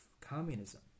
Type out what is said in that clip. communism